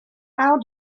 how